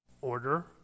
order